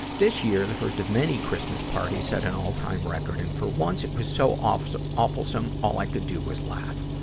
this year, the first of many christmas parties, set an all-time record, and for once it was so awfulsome awfulsome all i could do was laugh.